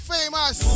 Famous